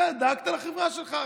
אתה דאגת לחברה שלך.